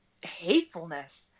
hatefulness